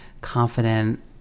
confident